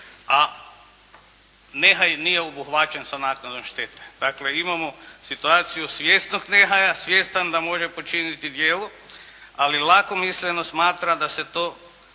a nehaj nije obuhvaćen sa naknadom štete. Dakle imamo situaciju svjesnog nehaja, svjestan da može počiniti djelo, ali lakomisleno smatra da se to